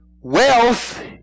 wealth